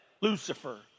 Lucifer